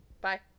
Bye